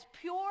pure